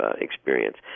experience